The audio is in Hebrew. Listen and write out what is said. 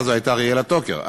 אז זו הייתה אריאלה טוקר,